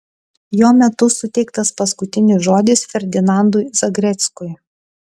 jo metu suteiktas paskutinis žodis ferdinandui zagreckui